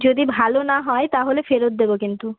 যদি ভালো না হয় তাহলে ফেরত দেবো কিন্তু